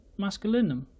masculinum